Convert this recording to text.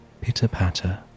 pitter-patter